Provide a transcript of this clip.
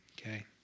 Okay